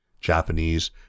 Japanese